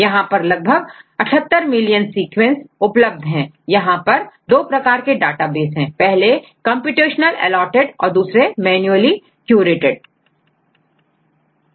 यहां पर लगभग 78 मिलियन सीक्वेंसेस सीक्वेंसेस उपलब्ध है यहां पर दो प्रकार के डेटाबेस हैं पहले कंप्यूटेशनल एलॉटेड computational annotedऔर दूसरे मैनुअली क्यूरेटेड manually curated